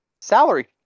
salary